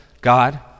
God